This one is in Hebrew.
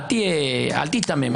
אל תיתמם.